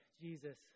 Jesus